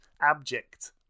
abject